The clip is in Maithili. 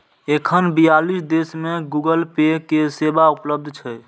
एखन बियालीस देश मे गूगल पे के सेवा उपलब्ध छै